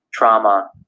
Trauma